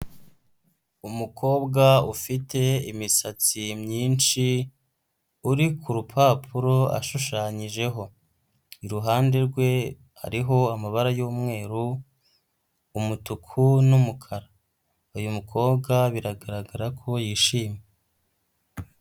Umukobwa ufite imisatsi myinshi, uri ku rupapuro ashushanyijeho. Iruhande rwe hariho amabara yu'mweru, umutuku, n'umukara. Uyu mukobwa biragaragara ko yishimye.